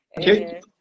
Okay